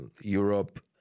Europe